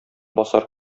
басар